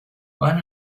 van